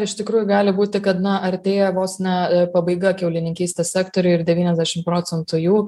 iš tikrųjų gali būti kad artėja vos ne pabaiga kiaulininkystės sektoriui ir devyniasdešim procentų jų